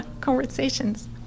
conversations